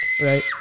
Right